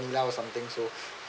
vanilla or something so